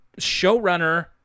showrunner